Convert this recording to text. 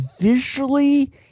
visually